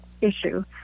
issue